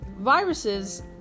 viruses